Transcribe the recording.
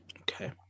Okay